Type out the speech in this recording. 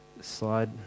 slide